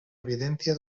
evidencia